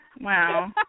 Wow